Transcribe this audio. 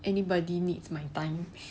anybody needs my time